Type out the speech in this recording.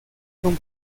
con